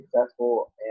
successful